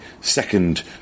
second